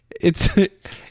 It's-